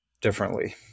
differently